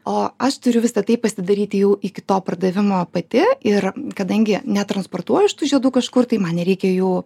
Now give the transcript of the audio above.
o aš turiu visa tai pasidaryti jau iki to pardavimo pati ir kadangi netransportuoju aš tų žiedų kažkur tai man nereikia jų